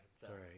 Sorry